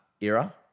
era